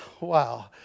wow